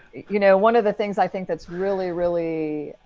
you know, one of the things i think that's really, really